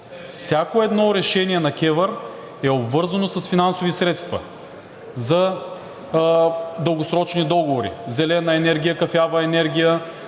Всяко едно решение на КЕВР е обвързано с финансови средства за дългосрочни договори, зелена енергия, кафява енергия